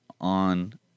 on